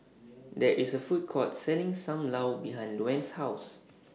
There IS A Food Court Selling SAM Lau behind Luanne's House